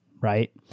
right